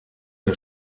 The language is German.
der